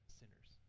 sinners